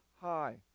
high